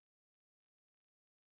if you talk to a student